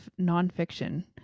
nonfiction